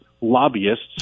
lobbyists